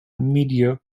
media